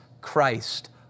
Christ